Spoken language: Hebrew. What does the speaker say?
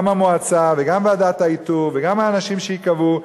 גם המועצה וגם ועדת האיתור וגם האנשים שייקבעו,